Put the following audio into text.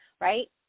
right